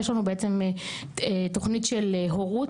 יש לנו בעצם תכנית של הורות.